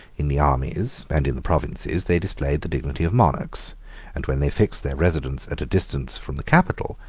in the armies and in the provinces, they displayed the dignity of monarchs and when they fixed their residence at a distance from the capital,